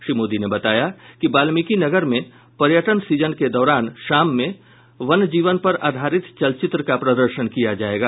श्री मोदी ने बताया कि वाल्मीकिनगर में पर्यटन सीजन के दौरान शाम में वन जीवन पर आधारित चलचित्र का प्रदर्शन किया जायेगा